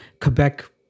Quebec